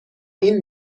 این